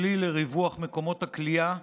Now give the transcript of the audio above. ככלי לריווח מקומות הכליאה,